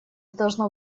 должно